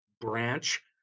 branch